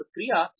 फिर प्रतिक्रिया